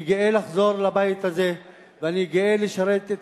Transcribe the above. אני גאה לחזור לבית הזה ואני גאה לשרת את